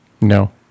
no